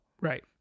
Right